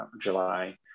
July